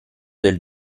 del